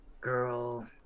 Girl